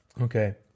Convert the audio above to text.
Okay